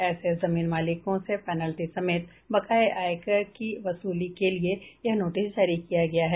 ऐसे जमीन मालिकों से पैनाल्टी समेत बकाये आयकर की वसूली के लिए यह नोटिस जारी किया गया है